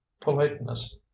politeness